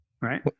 right